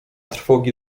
trwogi